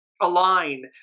Align